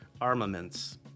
armaments